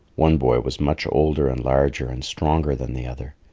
one boy was much older and larger and stronger than the other.